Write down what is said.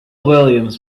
williams